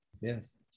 Yes